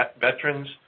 veterans